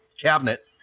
cabinet